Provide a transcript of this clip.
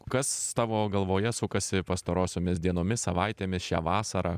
kas tavo galvoje sukasi pastarosiomis dienomis savaitėmis šią vasarą